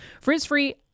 Frizz-free